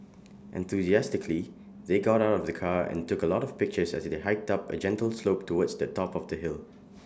enthusiastically they got out of the car and took A lot of pictures as they hiked up A gentle slope towards the top of the hill